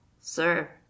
sir